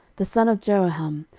the son of jeroham,